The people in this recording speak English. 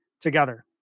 together